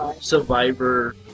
Survivor